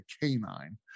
canine